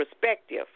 perspective